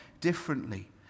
differently